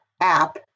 app